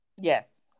yes